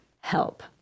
help